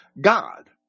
God